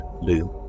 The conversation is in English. loom